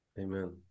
Amen